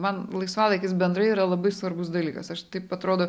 man laisvalaikis bendrai yra labai svarbus dalykas aš taip atrodo